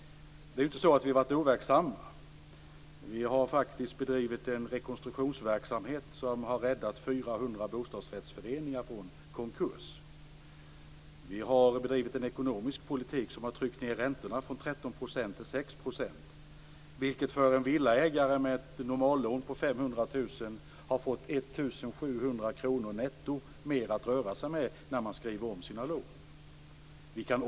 Det är inte så att vi har varit overksamma. Vi har faktiskt bedrivit en rekonstruktionsverksamhet som har räddat 400 bostadsrättsföreningar från konkurs. Vi har bedrivit en ekonomisk politik som har pressat ned räntorna från 13 % till 6 %, vilket har gett en villaägare med ett normallån på 500 000 kr netto 1 700 kr mer att röra sig med när han skriver om sina lån.